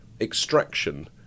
extraction